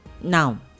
Now